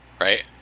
right